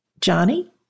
Johnny